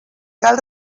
cal